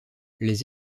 les